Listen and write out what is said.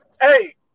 hey